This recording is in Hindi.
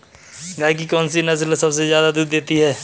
गाय की कौनसी नस्ल सबसे ज्यादा दूध देती है?